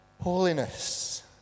holiness